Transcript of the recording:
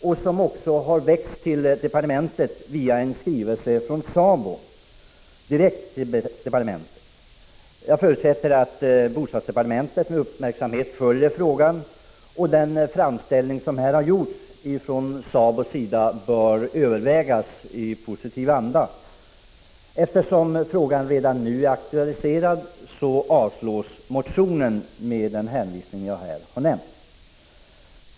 Den har också väckts i departementet via en skrivelse från SABO. Jag förutsätter att bostadsdepartementet med uppmärksamhet följer frågan. Den framställning som har gjorts från SABO:s sida bör övervägas i positiv anda. Eftersom frågan redan nu är aktualiserad avstyrks motionen med den hänvisning jag har nämnt.